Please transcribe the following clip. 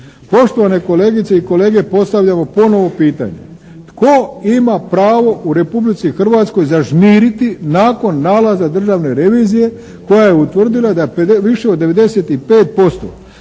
Poštovane kolegice i kolege, postavljamo ponovo pitanje tko ima pravo u Republici Hrvatskoj zažmiriti nakon nalaza Državne revizije koja je utvrdila da više od 95%